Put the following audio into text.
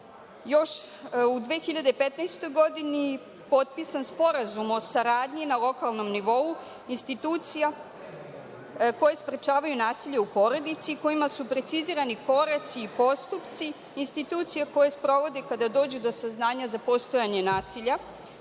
još u 2015. godini potpisan Sporazum o saradnji na lokalnom nivou institucija koje sprečavaju nasilje u porodici, kojima su precizirani koraci i postupci institucija koje sprovode kada dođu do saznanja za postojanje nasilja